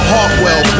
Hartwell